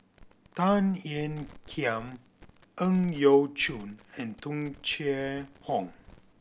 Tan Ean Kiam Ang Yau Choon and Tung Chye Hong